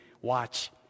watch